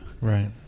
Right